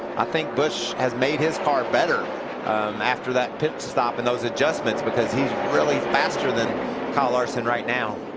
i think busch has made his car better after that pit stop and those adjustments because he's really faster than kyle larson right now.